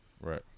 Right